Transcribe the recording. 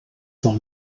del